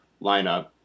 lineup